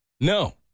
No